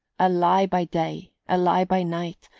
a lie by day, a lie by night,